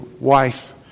wife